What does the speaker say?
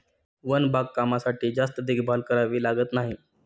one बागकामासाठी जास्त देखभाल करावी लागत नाही